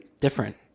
different